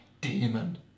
demon